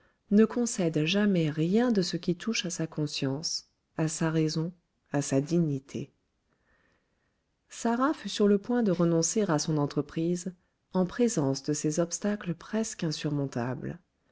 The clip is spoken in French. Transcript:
ne concède jamais rien de ce qui touche à sa conscience à sa raison à sa dignité sarah fut sur le point de renoncer à son entreprise en présence de ces obstacles presque insurmontables